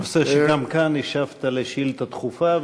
נושא שהשבת עליו גם כאן בשאילתה דחופה,